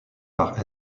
par